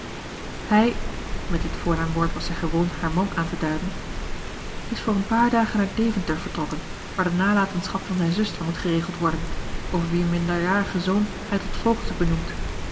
hij met dit voornaamwoord was zij gewoon haar man aanteduiden is voor een paar dagen naar deventer vertrokken waar de nalatenschap van zijn zuster moet geregeld worden over wier minderjarigen zoon hij tot voogd is benoemd